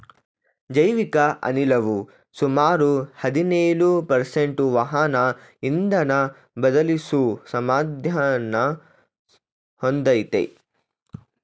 ಜೈವಿಕ ಅನಿಲವು ಸುಮಾರು ಹದಿನೇಳು ಪರ್ಸೆಂಟು ವಾಹನ ಇಂಧನನ ಬದಲಿಸೋ ಸಾಮರ್ಥ್ಯನ ಹೊಂದಯ್ತೆ